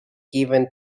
given